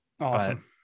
Awesome